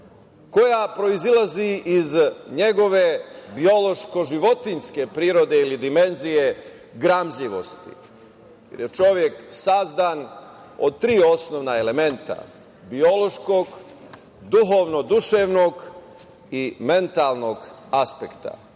koja proizilazi iz njegove biološko-životinjske prirode ili dimenzije gramzivosti, jer je čovek sazdan od tri osnovna elementa – biološkog, duhovno-duševnog i mentalnog aspekta.